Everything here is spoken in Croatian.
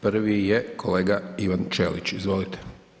Prvi je kolega Ivan Ćelić, izvolite.